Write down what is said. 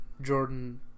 Jordan